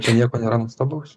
čia nieko nėra nuostabaus